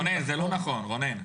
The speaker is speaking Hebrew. רונן, זה לא נכון רונן.